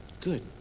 Good